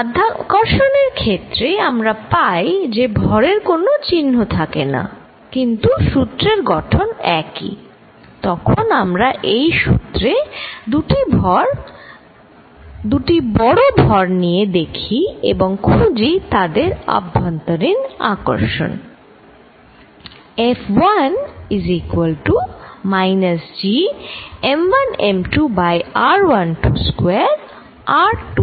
মাধ্যাকর্ষণ এর ক্ষেত্রে আমরা পাই যে ভরের কোন চিহ্ন থাকে না কিন্তু সূত্রের গঠন একই যখন আমরা এই সূত্রে দুটি বড় ভর নিয়ে দেখি এবং খুঁজি তাদের অভ্যন্তরীণ আকর্ষণ